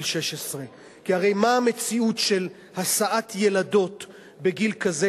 16. כי הרי מה המציאות של השאת ילדות בגיל כזה,